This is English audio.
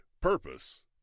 Purpose